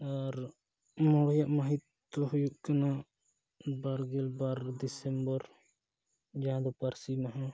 ᱟᱨ ᱢᱚᱬᱮᱭᱟᱜ ᱢᱟ ᱦᱤᱛ ᱫᱚ ᱦᱩᱭᱩᱜ ᱠᱟᱱᱟ ᱵᱟᱨᱜᱮᱞ ᱵᱟᱨ ᱰᱤᱥᱮᱢᱵᱚᱨ ᱡᱟᱦᱟᱸ ᱫᱚ ᱯᱟᱹᱨᱥᱤᱢᱟᱦᱟ